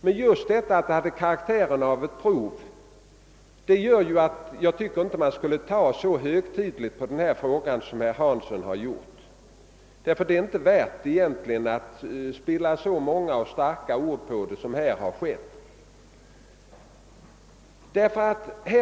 Men just denna karaktär av prov gör att man inte behöver ta så högtidligt på frågan, herr Hansson i Skegrie. Det är inte värt att spilla så många och starka ord på saken som här har skett.